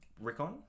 Rickon